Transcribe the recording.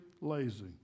lazy